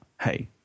hey